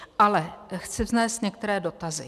Ale chci vznést některé dotazy.